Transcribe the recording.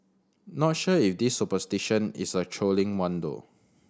not sure if this superstition is a trolling one though